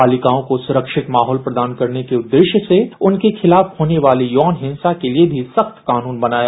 बालिकाओं को सुरक्षित माहौल प्रदान करने के उद्देश्य से उनके खिलाफ होने वाले यौन हिंसा के लिए भी सख्त कानून बनाया